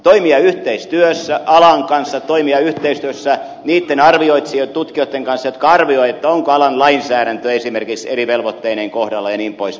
toimia yhteistyössä alan kanssa toimia yhteistyössä niitten tutkijoitten kanssa jotka arvioivat onko esimerkiksi alan lainsäädäntö eri velvoitteineen kohdallaan jnp